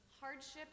Hardships